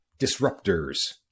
disruptors